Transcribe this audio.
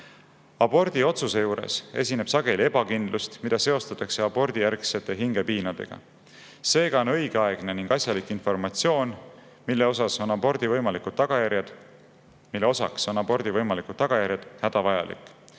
Abordiotsuse tegemisel esineb aga sageli ebakindlust, mida seostatakse abordijärgsete hingepiinadega. Seega on õigeaegne ning asjalik informatsioon, mille osaks on abordi võimalikud tagajärjed, hädavajalik.